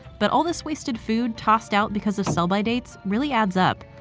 but all this wasted food tossed out because of sell-by dates really adds up.